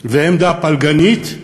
ועמדה פלגנית,